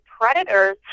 predators